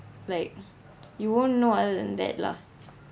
like you won't know other than that lah